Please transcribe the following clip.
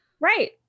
Right